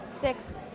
Six